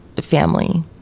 family